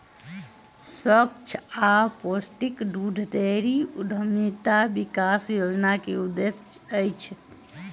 स्वच्छ आ पौष्टिक दूध डेयरी उद्यमिता विकास योजना के उद्देश्य अछि